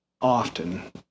often